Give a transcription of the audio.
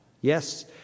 Yes